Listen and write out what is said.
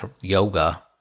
yoga